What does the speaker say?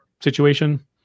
situation